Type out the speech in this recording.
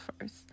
first